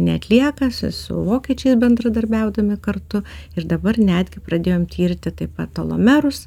neatlieka su su vokiečiais bendradarbiaudami kartu ir dabar netgi pradėjom tirti taip pat tolomerus